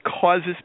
causes